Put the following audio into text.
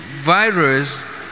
virus